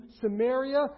Samaria